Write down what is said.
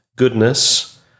goodness